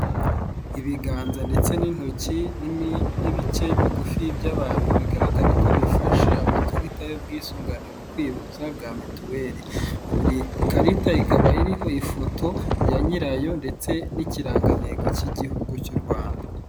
Ibiganza ndetse n'intoki nini n'ibice bigufi by'abantu bigaragara ko bifashe amakarita y'ubwisungane mu kwivuza bwa mituweli, buri karita ikaba iriho ifoto ya nyirayo ndetse n'ikirangantego cy'igihugu cy'u Rwanda.